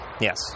Yes